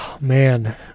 Man